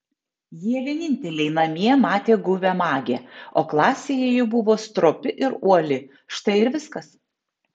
jie vieninteliai namie matė guvią magę o klasėje ji buvo stropi ir uoli štai ir viskas